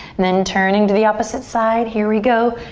then turning to the opposite side, here we go.